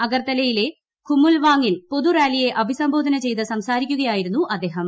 അഗർത്തലയിലെ ഖുമുൽവാങ്ങിൽ പൊതു റാലിയെ അഭിസംബോധന ചെയ്ത് സംസാരിക്കുകയായിരുന്നു അദ്ദേഹം